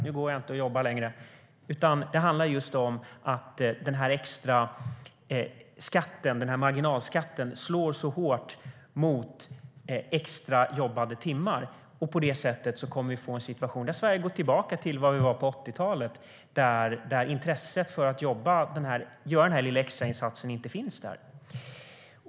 Nu går jag inte och jobbar längre. Vad det handlar om är att marginalskatten slår så hårt mot extra jobbade timmar. På det sättet kommer vi att få en situation där Sverige går tillbaka dit där vi var på 80-talet, då intresset för att göra den där lilla extra insatsen inte finns där.